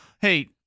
hey